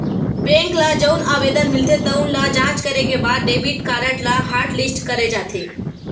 bank ल जउन आवेदन मिलथे तउन ल जॉच करे के बाद डेबिट कारड ल हॉटलिस्ट करे जाथे